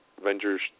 Avengers